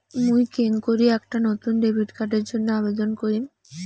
মুই কেঙকরি একটা নতুন ডেবিট কার্ডের জন্য আবেদন করিম?